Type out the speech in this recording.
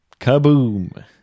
kaboom